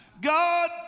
God